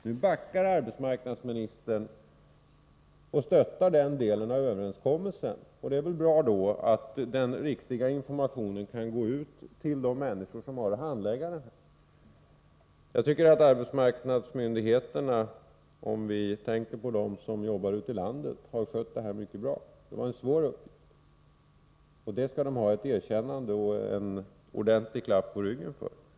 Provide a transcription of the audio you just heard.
Nu backar arbetsmarknadsministern och stöttar den aktuella delen av överenskommelsen, och då är det väl bra att den riktiga informationen kan gå ut till de människor som har att handlägga detta. Jag tycker att arbetsmarknadsmyndigheterna — om vi tänker på dem som jobbar ute i landet — har skött detta mycket bra. Det var en svår uppgift, och de skall ha ett erkännande och en ordentlig klapp på ryggen.